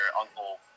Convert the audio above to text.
uncle